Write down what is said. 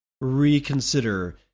reconsider